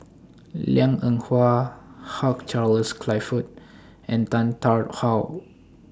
Liang Eng Hwa Hugh Charles Clifford and Tan Tarn How